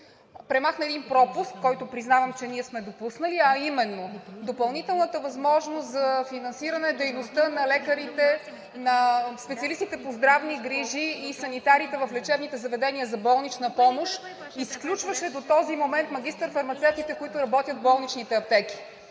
премахне един пропуск, който признавам, че ние сме допуснали, а именно: допълнителната възможност за финансиране дейността на лекарите, на специалистите по здравни грижи и санитарите в лечебните заведения за болнична помощ, изключваше до този момент магистър-фармацевтите, които работят в болничните аптеки.